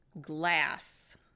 glass